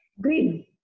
Green